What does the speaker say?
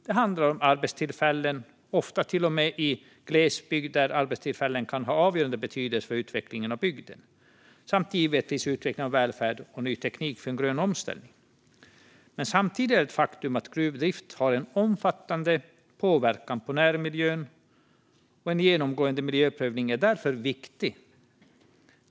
Det handlar om arbetstillfällen, ofta i glesbygd där arbetstillfällen kan ha avgörande betydelse för utvecklingen av bygden samt givetvis för utvecklingen av välfärd och ny teknik för en grön omställning. Samtidigt är det ett faktum att gruvdrift har en omfattande påverkan på närmiljön. En genomgående miljöprövning är därför viktig.